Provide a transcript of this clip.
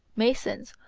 masons,